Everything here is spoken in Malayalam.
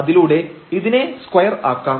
അതിലൂടെ ഇതിനെ സ്ക്വയർ ആക്കാം